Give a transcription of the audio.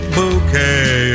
bouquet